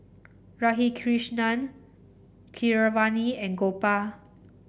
Radhakrishnan Keeravani and Gopal